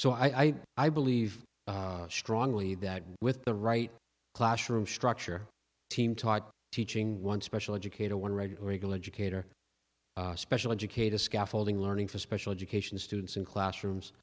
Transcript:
so i i believe strongly that with the right classroom structure team taught teaching one special educator one regular eagle educator special educator scaffolding learning for special education students in classrooms